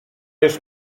już